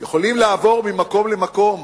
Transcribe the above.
יכולים לעבור ממקום למקום,